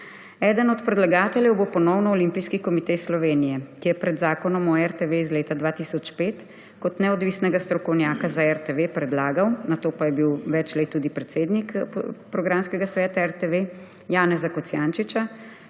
Eden od predlagateljev bo ponovno Olimpijski komite Slovenije, ki je pred zakonom o RTV iz leta 2005 kot neodvisnega strokovnjaka za RTV predlagal, nato pa je bil več let tudi predsednik programskega sveta RTV, Janeza Kocjančiča,